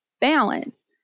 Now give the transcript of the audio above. balance